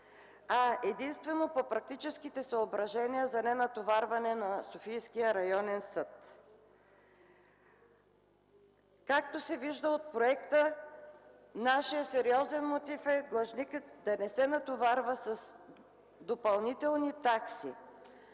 а единствено по практическите съображения за ненатоварване на Софийския районен съд. Както се вижда от проекта, нашият сериозен мотив е длъжникът да не се натоварва с допълнителни такси.